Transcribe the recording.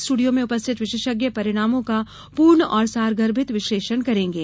studio में उपस्थित विशेषज्ञ परिणामों का पूर्ण और सारगर्भित विश्लेषण करेंगे